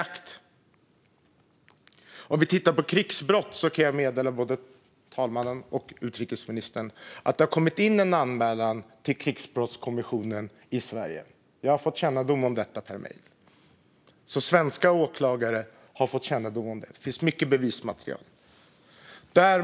När det gäller krigsbrott kan jag meddela både talmannen och utrikesministern att det har kommit in en anmälan till Krigsbrottskommissionen i Sverige, något jag har fått kännedom om per mejl. Svenska åklagare har fått kännedom om detta, och det finns mycket bevismaterial.